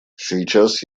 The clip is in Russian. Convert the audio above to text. сейчас